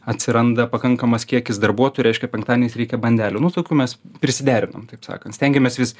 atsiranda pakankamas kiekis darbuotojų reiškia penktadieniais reikia bandelių nu tokių mes prisiderinam taip sakant stengiamės vis